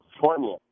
California